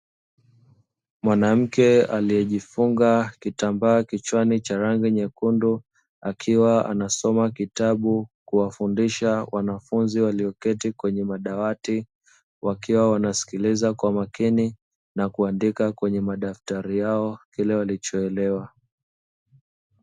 Mwanamke aliye jifunga kitambaa kichwani cha rangi nyekundu, akiwa anasoma kitabu kuwafundisha wanafunzi walioketi kwenye madawati, wakiwa wanasikiliza kwa makini na kuandika kwenye madaftari yao kile walichoelewa.